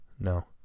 no